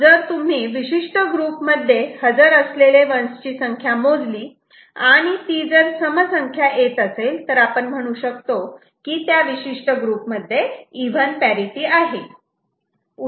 जर तुम्ही विशिष्ट ग्रुपमध्ये हजर असलेले 1's ची संख्या मोजली आणि ती जर समसंख्या येत असेल तर आपण म्हणू शकतो की त्या विशिष्ट ग्रुप मध्ये इव्हन पॅरिटि आहे